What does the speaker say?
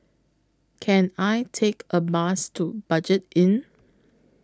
Can I Take A Bus to Budget Inn